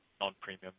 non-premium